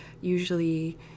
Usually